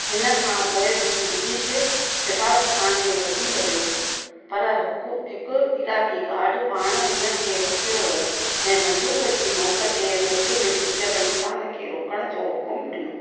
हिन खां पोए उहा ब्रिटिश सिफारत खान ॾे भजी वियो पर हुक हिकु इराक़ी गाड पाण हिन खे रोकियो वियो जंहिं बंदूक जी नौक ते रत में पुसियलु इन्सानु खे रुकण जो हुकुमु डि॒नो